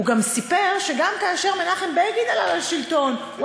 הוא גם סיפר שגם כאשר מנחם בגין עלה לשלטון הוא